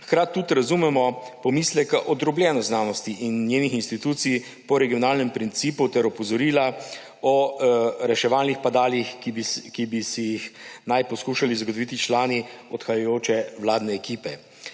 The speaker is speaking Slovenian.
Hkrati tudi razumemo pomisleke o drobljenosti znanosti in njenih institucij po regionalnem principu ter opozorila o reševalnih padalih, ki bi si jih naj poskušali zagotoviti člani odhajajoče vladne ekipe.